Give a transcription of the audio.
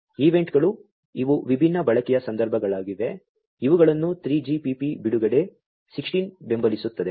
ಈವೆಂಟ್ಗಳು ಇವು ವಿಭಿನ್ನ ಬಳಕೆಯ ಸಂದರ್ಭಗಳಾಗಿವೆ ಇವುಗಳನ್ನು 3GPP ಬಿಡುಗಡೆ 16 ಬೆಂಬಲಿಸುತ್ತದೆ